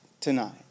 tonight